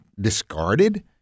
discarded